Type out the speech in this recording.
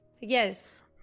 Yes